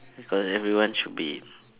cause everyone should be